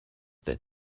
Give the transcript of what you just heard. that